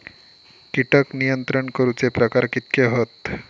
कीटक नियंत्रण करूचे प्रकार कितके हत?